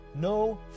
no